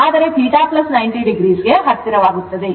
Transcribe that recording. ಆದರೆ θ 90o ಗೆ ಹತ್ತಿರವಾಗುತ್ತದೆ